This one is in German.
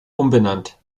umbenannt